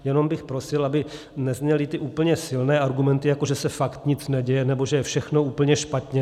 Jenom bych prosil, aby nezněly ty úplně silné argumenty, jako že se fakt nic neděje nebo že je všechno úplně špatně.